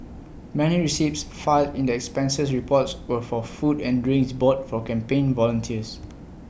many receipts filed in the expenses reports were for food and drinks bought for campaign volunteers